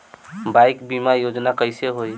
Bike बीमा योजना कैसे होई?